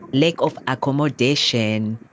lack of accommodation.